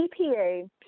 EPA